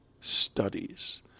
studies